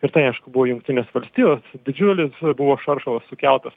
ir tai aišku buvo jungtinės valstijos didžiulis buvo šaršalas sukeltas